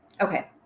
Okay